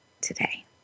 today